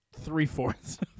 three-fourths